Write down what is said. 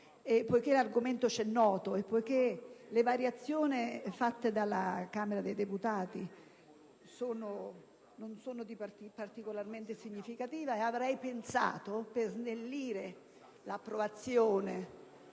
poiché l'argomento ci è noto e le modificazioni introdotte dalla Camera dei deputati non sono particolarmente significative ho pensato, per snellire l'approvazione